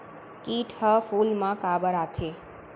किट ह फूल मा काबर आथे?